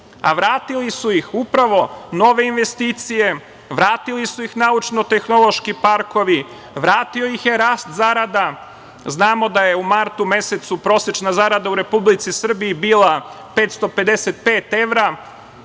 a vratili su ih upravo nove investicije, vratili su ih naučno-tehnološki parkovi, vratio ih je rast zarada. Znamo da je u martu mesecu prosečna zarada u Republici Srbiji bila 555 evra,